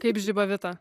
kaip žiba vita